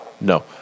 No